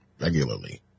regularly